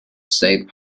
state